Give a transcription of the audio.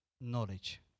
knowledge